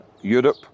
Europe